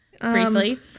briefly